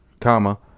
comma